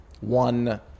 one